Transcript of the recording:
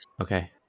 Okay